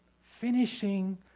finishing